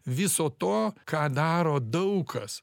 viso to ką daro daug kas